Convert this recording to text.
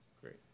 Great